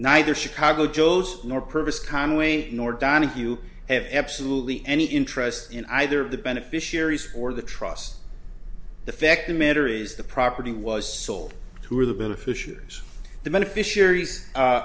neither chicago joe's nor purpose conway nor donahue have absolutely any interest in either of the beneficiaries or the trusts the fact the matter is the property was sold who are the beneficiaries the beneficiar